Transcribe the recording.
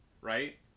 right